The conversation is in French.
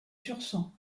tursan